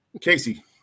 Casey